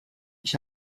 ich